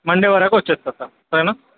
Monday వరకు వచ్చేస్తాను sir సరేనా